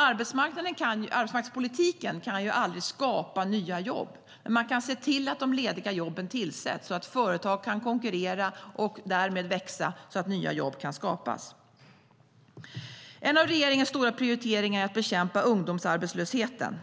Arbetsmarknadspolitiken kan ju aldrig skapa nya jobb, men man kan se till att de lediga jobben tillsätts och att företag kan konkurrera och därmed växa så att nya jobb kan skapas. En av regeringens stora prioriteringar är att bekämpa ungdomsarbetslösheten.